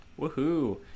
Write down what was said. Woohoo